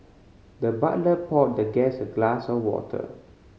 the butler poured the guest a glass of water